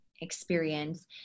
experience